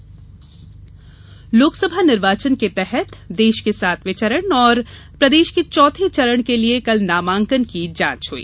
नामांकन चौथा चरण लोकसभा निर्वाचन के तहत देश के सातवें चरण और प्रदेश के चौथे चरण के लिए कल नामांकन की जांच हई